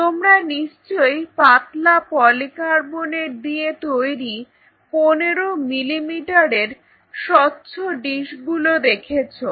তোমরা নিশ্চয়ই পাতলা পলিকার্বনেট দিয়ে তৈরি পনেরো মিলিমিটারের স্বচ্ছ ডিশগুলো দেখেছো